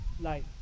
life